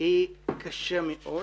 היא קשה מאוד.